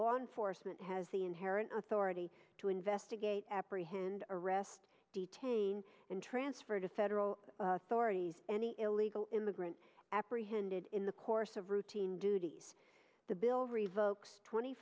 law enforcement has the inherent authority to investigate apprehend arrest detain and transfer to federal authorities any illegal immigrant apprehended in the course of routine duties the builder evokes twenty